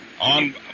on